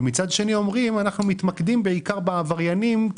ומצד שני אומרים שמתמקדים בעיקר בעבריינים,